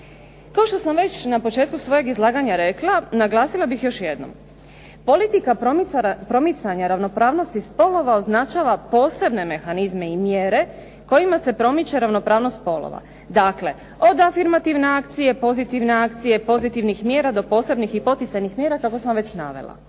Kao što sam već na početku svojeg izlaganja rekla naglasila bih još jednom. Politika promicanja ravnopravnosti spolova označava posebne mehanizme i mjere kojima se promiče ravnopravnost spolova. Dakle, od afirmativne akcije, pozitivne akcije, pozitivnih mjera do posebnih i poticajnih mjera kako sam već navela.